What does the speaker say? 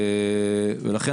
בנושא